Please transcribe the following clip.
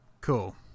Cool